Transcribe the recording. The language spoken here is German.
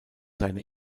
seine